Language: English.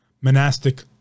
monastic